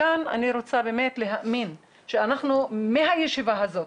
כאן אני רוצה להאמין שאנחנו מהישיבה הזאת